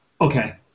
Okay